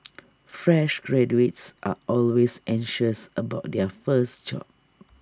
fresh graduates are always anxious about their first job